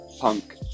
punk